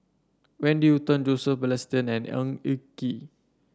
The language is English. Wendy Hutton Joseph Balestier and Ng Eng Kee